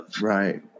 Right